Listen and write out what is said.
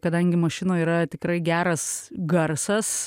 kadangi mašinoj yra tikrai geras garsas